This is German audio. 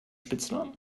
spitznamen